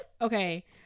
Okay